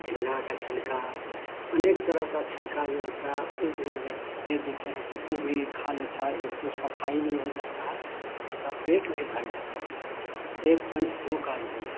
झींगा का छिलका अनेक तरह का छिलका जो होता है वह भी अगर दे देते हैं तो वह भी खा लेता है एक तो सफाई भी हो जाता है उसका पेट भी भर जाता है एक पंथ दो काज हो जाता है